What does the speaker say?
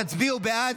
תצביעו בעד,